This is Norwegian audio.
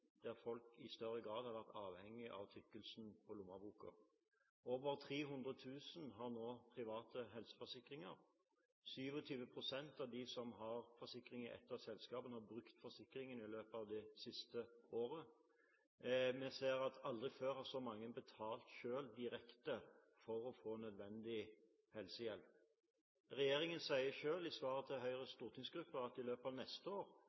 der folk i større grad har vært avhengig av tykkelsen på lommeboken. Over 300 000 har nå private helseforsikringer, og 27 pst. av dem som har forsikring i et av selskapene, har brukt forsikringen i løpet av det siste året. Vi ser at aldri før har så mange betalt selv direkte for å få nødvendig helsehjelp. Regjeringen sier selv i svar til Høyres stortingsgruppe at en i løpet av neste år